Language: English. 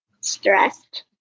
stressed